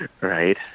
right